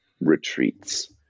retreats